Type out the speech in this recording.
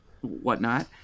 whatnot